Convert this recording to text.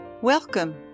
Welcome